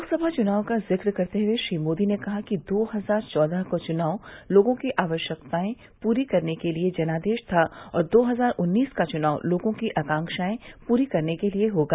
लोकसभा चुनाव का जिक्र करते हुए श्री मोदी ने कहा कि दो हजार चौदह का चुनाव लोगों की आवश्यकताएं पूरी करने के लिए जनादेश था और दो हजार उन्नीस का चुनाव लोगों की आकांक्षाएं पूरी करने के लिए होगा